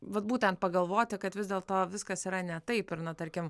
vat būtent pagalvoti kad vis dėlto viskas yra ne taip ir na tarkim